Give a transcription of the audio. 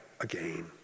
again